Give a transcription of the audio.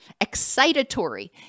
excitatory